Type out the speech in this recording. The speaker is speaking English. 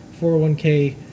401k